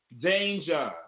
Danger